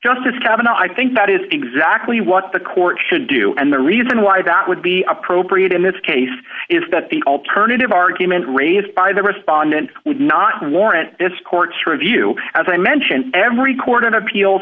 justice cavanagh i think that is exactly what the court should do and the reason why that would be appropriate in this case is that the alternative argument raised by the respondent would not warrant its court's review as i mentioned every court in appeal